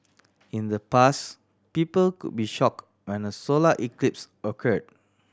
in the past people could be shocked when a solar eclipse occurred